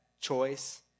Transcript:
choice